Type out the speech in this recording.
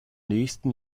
nächsten